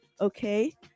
Okay